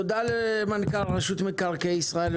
תודה למנכ"ל רשות מקרקעי ישראל,